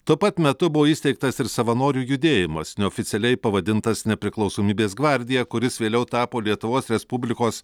tuo pat metu buvo įsteigtas ir savanorių judėjimas neoficialiai pavadintas nepriklausomybės gvardija kuris vėliau tapo lietuvos respublikos